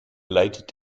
leitet